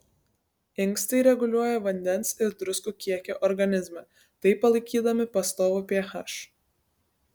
inkstai reguliuoja vandens ir druskų kiekį organizme taip palaikydami pastovų ph